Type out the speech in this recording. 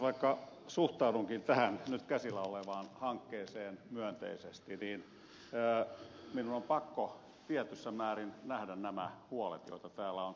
vaikka suhtaudunkin tähän nyt käsillä olevaan hankkeeseen myönteisesti niin minun on pakko tietyssä määrin nähdä nämä huolet joita täällä on esitetty